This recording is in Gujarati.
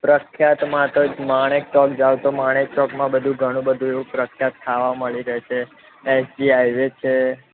પ્રખ્યાતમાં તો એક માણેકચોક જાઓ તો માણેક ચોકમાં બધું ઘણું બધું એવું પ્રખ્યાત ખાવા મળી રહેશે એસજી હાઇવે છે